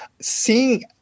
seeing